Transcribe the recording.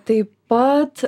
taip pat